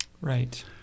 Right